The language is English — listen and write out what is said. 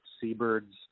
seabirds